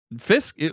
Fisk